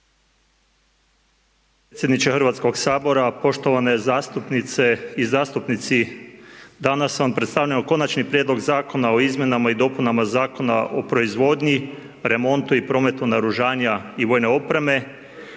potpredsjedniče Hrvatskoga sabora, poštovane zastupnice i zastupnici. Danas vam predstavljamo Konačni prijedlog zakona o izmjenama i dopunama Zakona o proizvodnji, remontu i prometu naoružanja i vojne opreme